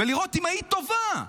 ולראות אם היית טובה,